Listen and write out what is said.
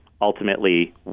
ultimately